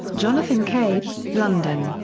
jonathan cape, london,